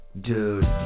Dude